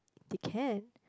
they can